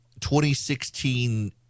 2016